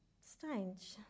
strange